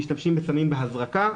משתמשים בסמים בהזרקה,